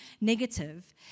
negative